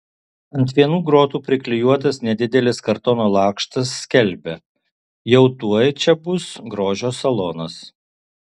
ant vienų grotų priklijuotas nedidelis kartono lakštas skelbia jau tuoj čia bus grožio salonas